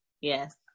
yes